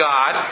God